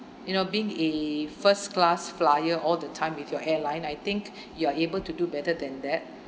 you know being a first class flier all the time with your airline I think you are able to do better than that